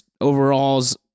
overalls